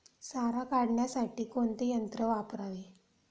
सारा काढण्यासाठी कोणते यंत्र वापरावे?